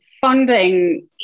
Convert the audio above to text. funding